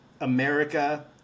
America